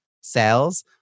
sales